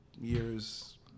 years